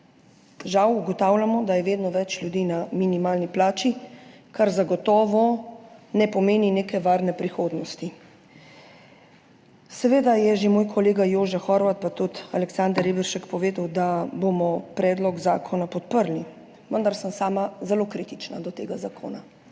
Žal ugotavljamo, da je vedno več ljudi na minimalni plači, kar zagotovo ne pomeni neke varne prihodnosti. Seveda je že moj kolega Jožef Horvat pa tudi Aleksander Reberšek povedal, da bomo predlog zakona podprli, vendar sem sama zelo kritična do tega zakona.